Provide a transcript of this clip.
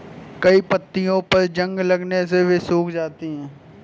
कई पत्तियों पर जंग लगने से वे सूख जाती हैं